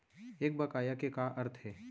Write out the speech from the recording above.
एक बकाया के का अर्थ हे?